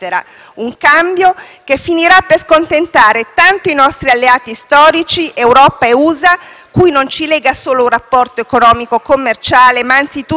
cui non ci lega solo un rapporto economico-commerciale, ma anzitutto di civiltà e di valori), tanto i nuovi "compagni" di avventura. Anche